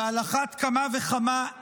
ועל אחת כמה וכמה,